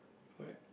what